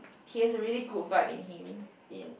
he has a really good vibe in him in